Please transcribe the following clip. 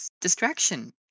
distraction